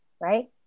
right